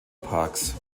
parks